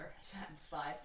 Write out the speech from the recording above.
satisfied